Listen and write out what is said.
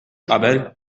qabel